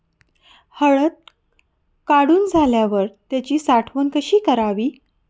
हळद काढून झाल्यावर त्याची साठवण कशी करावी?